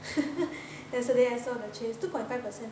yesterday I saw the chase two point five percent